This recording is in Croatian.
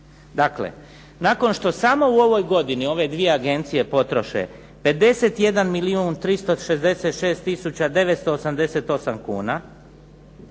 Dakle nakon što samo u ovoj godini ove dvije agencije potrše 51 milijun